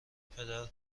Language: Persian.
پدر